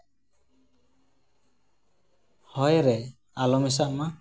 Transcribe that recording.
ᱦᱚᱭ ᱨᱮ ᱟᱞᱚ ᱢᱮᱥᱟᱜᱼᱢᱟ